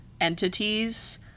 entities